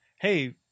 Hey